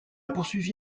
poursuivi